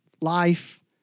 life